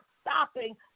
stopping